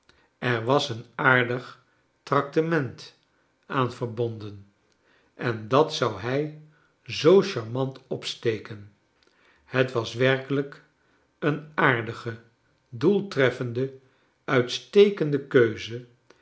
er was een aardig tractement aan verbonden en dat zou hij zoo charmant opsteken het was werkelijk een aardige doeltreffende uitstekende keuze